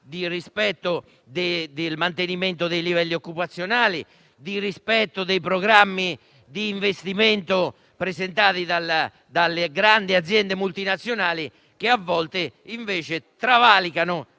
ambientali, del mantenimento dei livelli occupazionali e dei programmi di investimento presentati dalle grandi aziende multinazionali, che a volte invece travalicano